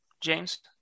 James